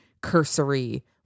cursory